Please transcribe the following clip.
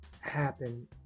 happen